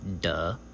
Duh